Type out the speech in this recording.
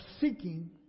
seeking